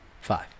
five